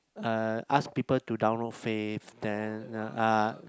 uh ask people to download Fave then